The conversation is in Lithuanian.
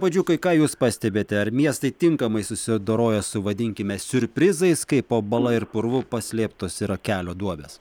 puodžiukai ką jūs pastebite ar miestai tinkamai susidoroja su vadinkime siurprizais kai po bala ir purvu paslėptos yra kelio duobės